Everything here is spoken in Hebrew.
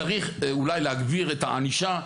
צריך אולי להגביר את הענישה,